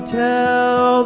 tell